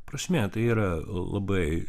prasmė tai yra labai